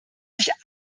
sich